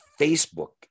facebook